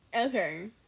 Okay